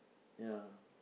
ya